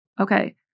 okay